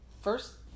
First